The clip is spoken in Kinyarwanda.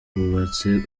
twubatse